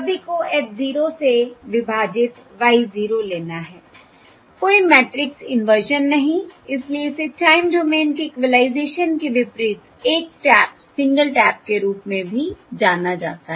सभी को H 0 से विभाजित Y 0 लेना है कोई मैट्रिक्स इनवर्सन नहीं इसलिए इसे टाइम डोमेन के इक्वलाइजेशन के विपरीत 1 टैप सिंगल टैप के रूप में भी जाना जाता है